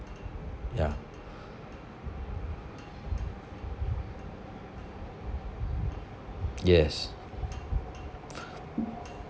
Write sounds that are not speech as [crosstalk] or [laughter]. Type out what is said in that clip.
ya [breath] yes [breath]